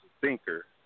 thinker